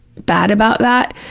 bad about that,